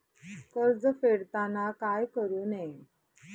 कर्ज फेडताना काय करु नये?